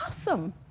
awesome